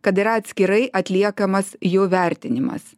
kad yra atskirai atliekamas jų vertinimas